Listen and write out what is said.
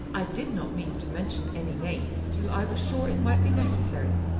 i did not mean to mention any name till i was sure it might be necessary.